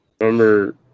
Remember